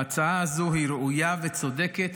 ההצעה הזאת ראויה וצודקת,